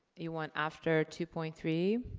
you want after two point three?